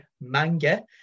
manga